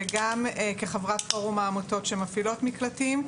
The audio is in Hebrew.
וגם כחברת פורום העמותות שמפעילות מקלטים.